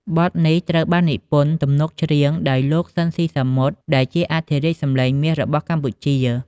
បទនេះត្រូវបាននិពន្ធទំនុកច្រៀងដោយលោក ស៊ិន ស៊ីសាមុត ដែលជាអធិរាជសំឡេងមាសរបស់កម្ពុជា។